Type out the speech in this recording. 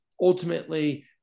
ultimately